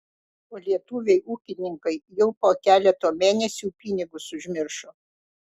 o lietuviai ūkininkai jau po keleto mėnesių pinigus užmiršo